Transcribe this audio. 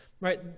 right